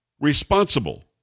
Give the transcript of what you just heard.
responsible